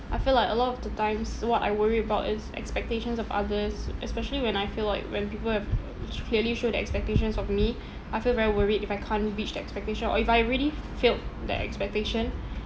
I feel like a lot of the times what I worry about is expectations of others especially when I feel like when people have clearly show their expectations of me I feel very worried if I can't reach their expectation or if I really f~ failed their expectation